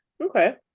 Okay